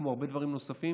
כמו הרבה דברים נוספים.